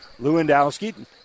Lewandowski